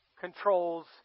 controls